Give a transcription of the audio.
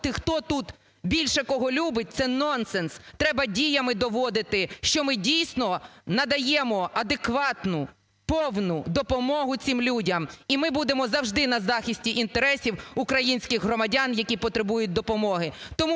хто тут більше кого любить – це нонсенс, треба діями доводити, що ми дійсно надаємо адекватну повну допомогу цим людям. І ми будемо завжди на захисті інтересів українських громадян, які потребують допомоги.